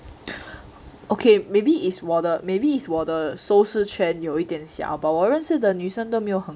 okay maybe is 我的 maybe is 我的收拾圈有一点小 but 我认识的女生都没有